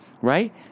right